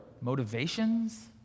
motivations